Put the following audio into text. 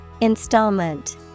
Installment